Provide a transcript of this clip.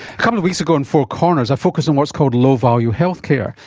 couple of weeks ago on four corners i focused on what's called low value healthcare,